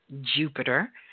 Jupiter